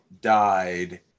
died